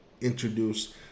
introduce